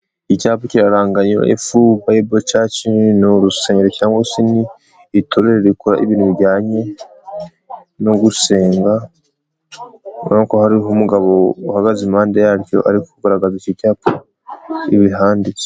Icyapa kirarangaye, New life bible church ni urusengero cyangwa se ni itorero rikora ibintu bijyanye no gusenga, urabona ko hariho umugabo uhagaze impande yaryo, ari kugaragaza iki cyapa ibihanditse.